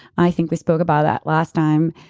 i think we spoke about that last time.